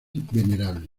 venerable